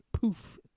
poof